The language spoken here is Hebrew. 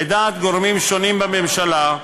לדעת גורמים שונים בממשלה,